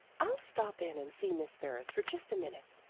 i'll stop in and see miss ferris for just a minute,